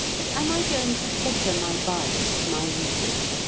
but am i going to fetter my buying to my reading?